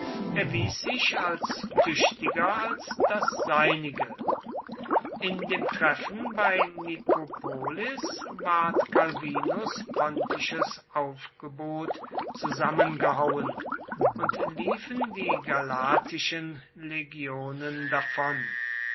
erwies sich tüchtiger als das seinige in dem treffen bei nikopolis ward calvinus pontisches aufgebot zusammengehauen und liefen die galatischen legionen davon